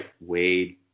wade